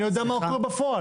אני יודע מה קורה בפועל.